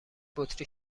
بطری